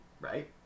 Right